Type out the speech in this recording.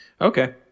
Okay